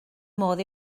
modd